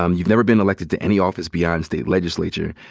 um you've never been elected to any office beyond state legislature.